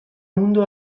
mundu